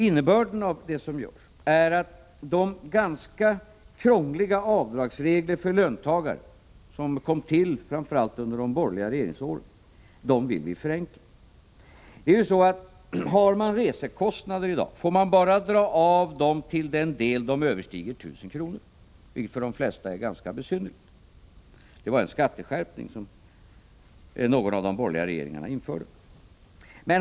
Innebörden av det som görs är att de ganska krångliga avdragsregler för löntagare som kom till framför allt under de borgerliga regeringsåren förenklas. Resekostnader får i dag bara dras av till den del de överstiger 1 000 kr., vilket för de flesta är något ganska besynnerligt. Det var en skatteskärpning som någon av de borgerliga regeringarna införde.